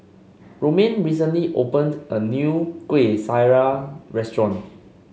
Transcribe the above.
Romaine recently opened a new Kuih Syara Restaurant